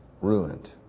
ruined